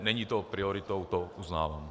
Není to prioritou, to uznávám.